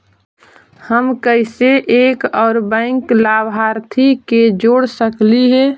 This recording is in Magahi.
हम कैसे एक और बैंक लाभार्थी के जोड़ सकली हे?